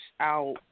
out